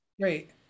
Great